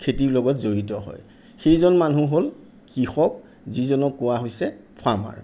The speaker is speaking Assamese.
খেতিৰ লগত জড়িত হয় সেইজন মানুহ হ'ল কৃষক যিজনক কোৱা হৈছে ফাৰ্মাৰ